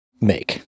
make